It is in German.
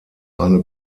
eine